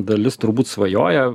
dalis turbūt svajoja